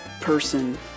person